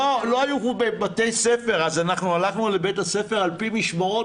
לא היו בתי ספר אז אנחנו הלכנו לבית ספר במשמרות,